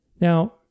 Now